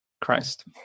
Christ